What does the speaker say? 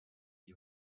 die